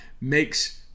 makes